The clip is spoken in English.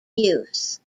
use